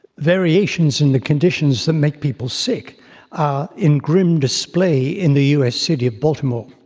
variations in the conditions that make people sick are in grim display in the us city of baltimore.